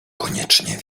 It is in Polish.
koniecznie